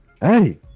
Hey